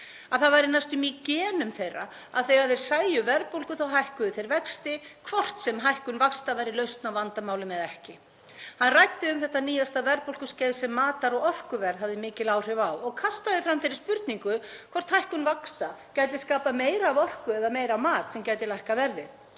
það væri næstum því í genum þeirra að þegar þeir sæju verðbólgu þá hækkuðu þeir vexti, hvort sem hækkun vaxta væri lausn á vandamálum eða ekki. Hann ræddi um þetta nýjasta verðbólguskeið sem matar- og orkuverð hafði mikil áhrif á og kastaði fram þeirri spurningu hvort hækkun vaxta gæti skapað meira af orku eða meira af mat sem gæti lækkað verðið.